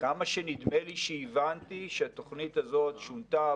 נדמה לי שהבנתי שהתוכנית הזאת שונתה,